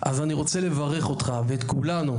אז אני רוצה לברך אותך ואת כולנו,